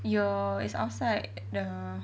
有 it's outside the